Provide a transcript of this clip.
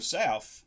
south